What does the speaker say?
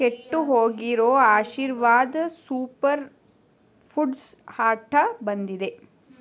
ಕೆಟ್ಟು ಹೋಗಿರೋ Aashirvaad super foods ಹಾಟಾ ಬಂದಿದೆ